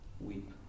weep